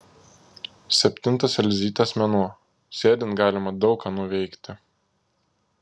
septintas elzytės mėnuo sėdint galima daug ką nuveikti